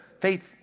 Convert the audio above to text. faith